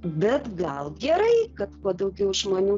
bet gal gerai kad kuo daugiau žmonių